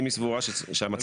אם היא סבורה שהמצב.